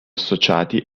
associati